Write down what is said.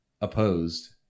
opposed